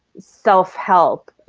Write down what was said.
self-help